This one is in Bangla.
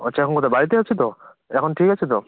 ও আচ্ছা এখন কোথায় বাড়িতে আছে তো এখন ঠিক আছে তো